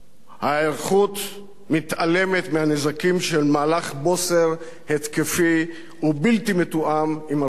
ההיערכות מתעלמת מהנזקים של מהלך בוסר התקפי ולא מתואם עם ארצות-הברית.